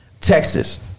Texas